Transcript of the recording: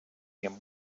him